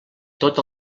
tot